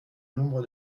nombre